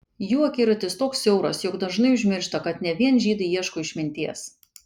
jų akiratis toks siauras jog dažnai užmiršta kad ne vien žydai ieško išminties